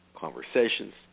conversations